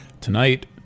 Tonight